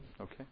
Okay